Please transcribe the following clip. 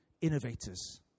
innovators